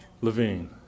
Levine